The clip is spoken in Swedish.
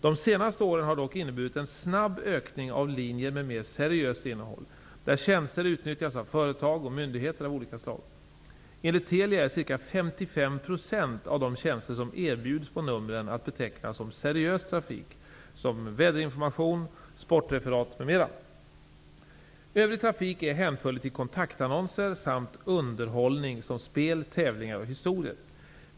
De senaste åren har dock inneburit en snabb ökning av linjer med mer seriöst innehåll, där tjänster utnyttjas av företag och myndigheter av olika slag. Enligt Telia är ca 55 % av de tjänster som erbjuds på numren att beteckna som seriös trafik såsom väderinformation, sportreferat m.m. Övrig trafik är hänförlig till kontaktannonser samt underhållning såsom spel, tävlingar och historier.